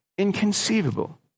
inconceivable